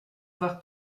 avoir